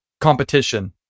competition